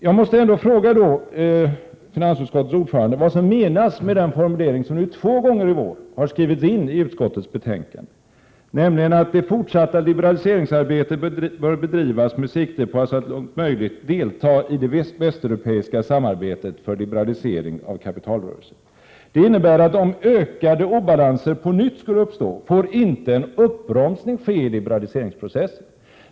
Jag måste ändå fråga finansutskottets ordförande vad som menas med den formulering som nu två gånger i vår har skrivits in i utskottets utlåtanden, nämligen att det fortsatta liberaliseringsarbetet bör bedrivas med sikte på att så långt möjligt delta i det västeuropeiska samarbetet för liberalisering av kapitalrörelser. Detta innebär att om ökade obalanser på nytt skulle uppstå, får inte en uppbromsning ske i liberaliseringsprocessen.